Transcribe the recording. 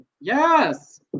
Yes